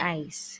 ice